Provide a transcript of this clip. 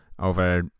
over